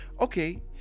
okay